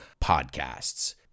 podcasts